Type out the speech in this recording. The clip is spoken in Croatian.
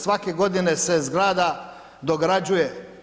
Svake godine se zgrada dograđuje.